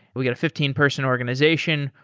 we got a fifteen person organization.